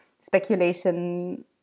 speculation